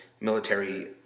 military